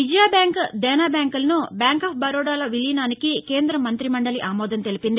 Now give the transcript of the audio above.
విజయ bank Dena బ్యాంకులను bank of బరోడాలో విలీనానికి కేంద మంతి మండలి ఆమోదం తెలిపింది